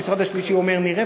המשרד השלישי אומר: נראה,